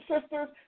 sisters